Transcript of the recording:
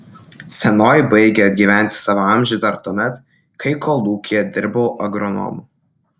senoji baigė atgyventi savo amžių dar tuomet kai kolūkyje dirbau agronomu